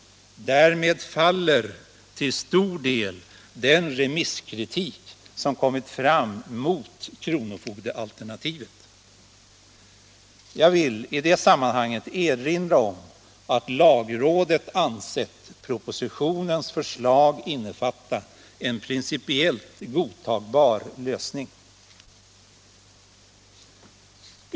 Därmed faller till stor del Konkurslagstiftden remisskritik som kommit fram mot kronofogdealternativet. Jag vill — ningen i det sammanhanget erinra om att lagrådet ansett propositionens förslag innefatta en principiellt godtagbar lösning.